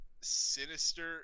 Sinister